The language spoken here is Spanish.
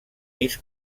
miss